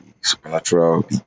supernatural